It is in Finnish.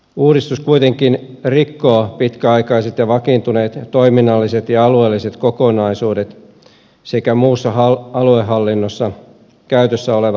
uudistus kuitenkin rikkoo pitkäaikaiset ja vakiintuneet toiminnalliset ja alueelliset kokonaisuudet sekä muussa aluehallinnossa käytössä olevat aluejaot